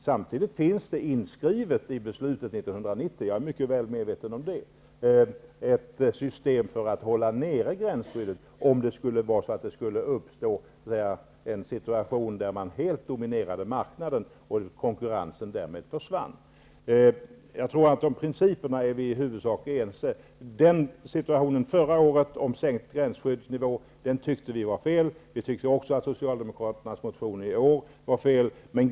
Samtidigt finns det inskrivet i beslutet 1990, vilket jag är mycket väl medveten om, ett system för att hålla nere gränsskyddet om det skulle uppstå en situation där någon helt dominerade marknaden och konkurrensen därmed försvann. Jag tror att vi i huvudsak är eniga om principerna. Förra året föreslogs en sänkning av nivån på gränsskyddet. Det tyckte vi var fel. Vi tyckte även att Socialdemokraternas motion i år var fel.